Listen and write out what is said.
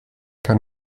kann